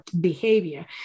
behavior